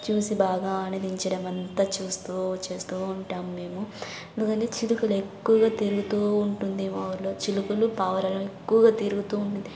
చూసి బాగా ఆనందించడం అంత చూస్తు చేస్తు ఉంటాం మేము చిలుకలు ఎక్కువగా తిరుగుతు ఉంటుంది మా ఊళ్ళో చిలుకలు పావురాలు ఎక్కువ తిరుగుతు